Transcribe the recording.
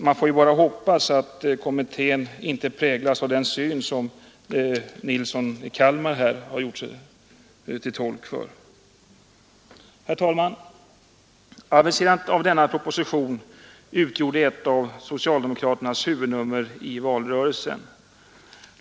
Man får hoppas att kommittén inte präglas av den syn som herr Nilsson i Kalmar har gjort sig till tolk för. Herr talman! Aviserandet av denna proposition utgjorde ett av socialdemokraternas huvudnummer i valrörelsen.